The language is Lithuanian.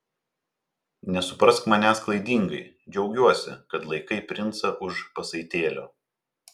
nesuprask manęs klaidingai džiaugiuosi kad laikai princą už pasaitėlio